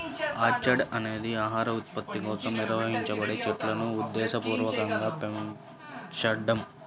orchard అనేది ఆహార ఉత్పత్తి కోసం నిర్వహించబడే చెట్లును ఉద్దేశపూర్వకంగా పెంచడం